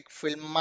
film